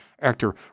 actor